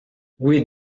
with